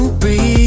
breathe